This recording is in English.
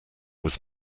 was